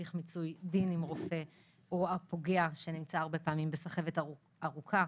הליך מיצוי דין עם רופא או הפוגע שנמצא הרבה פעמים בסחבת ארוכה.